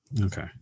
Okay